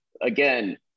again